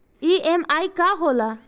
EMI का होला?